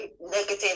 negative